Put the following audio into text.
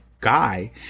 guy